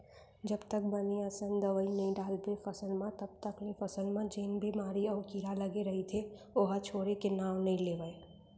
जब तक बने असन दवई नइ डालबे फसल म तब तक ले फसल म जेन बेमारी अउ कीरा लगे रइथे ओहा छोड़े के नांव नइ लेवय